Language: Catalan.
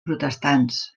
protestants